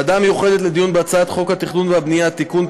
הוועדה המיוחדת לדיון בהצעת חוק התכנון והבנייה (תיקון,